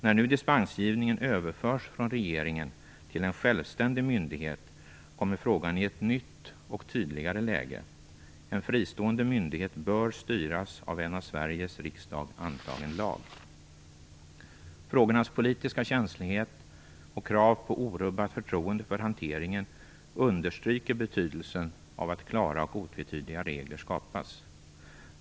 När nu dispensgivningen överförs från regeringen till en självständig myndighet kommer frågan i ett nytt och tydligare läge. En fristående myndighet bör styras av en av Sveriges riksdag antagen lag. Frågornas politiska känslighet och krav på orubbat förtroende för hanteringen understryker betydelsen av att klara och otvetydiga regler skapas.